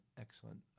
excellent